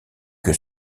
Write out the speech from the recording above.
que